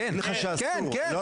כן, כן, ברור.